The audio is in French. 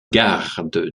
garde